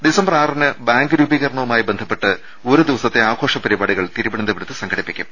December ആറിന് bank രൂപീകരണവുമായി ബന്ധപ്പെട്ട് ഒരുദിവസത്തെ ആഘോഷ പരിപാ ടികൾ തിരുവനന്തപുരത്ത് സംഘടിപ്പിക്കും